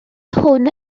hwn